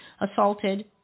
assaulted